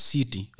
City